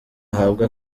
ahabwe